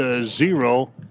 zero